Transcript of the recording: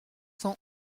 cent